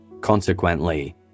Consequently